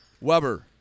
Weber